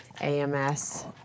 AMS